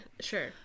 sure